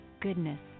goodness